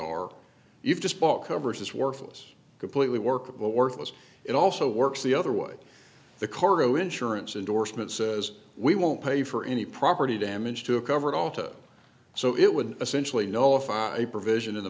or you've just bought covers is worthless completely workable worthless it also works the other way the cargo insurance indorsement says we won't pay for any property damage to a covered altar so it would essentially know